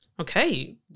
Okay